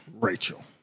Rachel